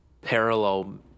parallel